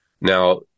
Now